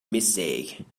mistake